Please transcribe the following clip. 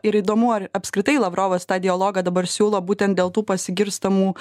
ir įdomu ar apskritai lavrovas tą dialogą dabar siūlo būtent dėl tų pasigirstamų